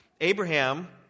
Abraham